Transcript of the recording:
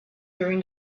during